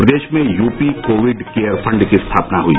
प्रदेश में UP Covid care fund की स्थापना हुई